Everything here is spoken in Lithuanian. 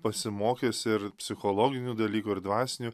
pasimokęs ir psichologinių dalykų ir dvasinių